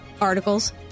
articles